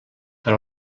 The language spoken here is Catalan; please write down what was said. per